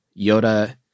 Yoda